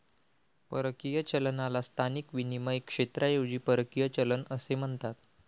परकीय चलनाला स्थानिक विनिमय क्षेत्राऐवजी परकीय चलन असे म्हणतात